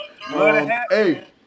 Hey